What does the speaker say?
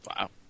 Wow